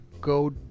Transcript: go